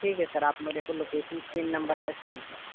ٹھیک ہے سر آپ میرے کو لوکیشن سیم نمبر پہ سینڈ کر دیجیے